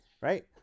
right